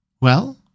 Well